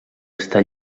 està